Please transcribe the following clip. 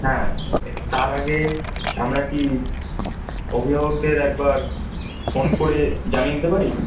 হ্যাঁ তার আগে আমরা কি অভিভাবকদের একবার ফোন করে জানিয়ে দিতে পারি